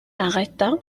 arrêta